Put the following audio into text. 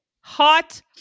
Hot